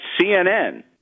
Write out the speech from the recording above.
CNN